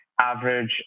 average